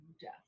death